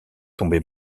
tomber